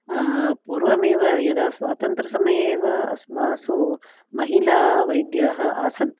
पूर्वमेव यदा स्वातन्त्रसमये एव अस्मासु महिलावैद्याः आसन्